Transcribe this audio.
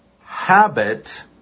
habit